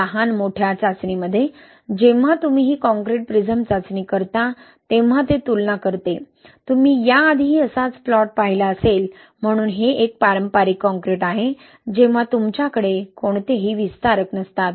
लहान मोठ्या चाचणीमध्ये जेव्हा तुम्ही ही काँक्रीट प्रिझम चाचणी करता तेव्हा ते तुलना करते तुम्ही याआधीही असाच प्लॉट पाहिला असेल म्हणून हे एक पारंपरिक कॉंक्रिट आहे जेव्हा तुमच्याकडे कोणतेही विस्तारक नसतात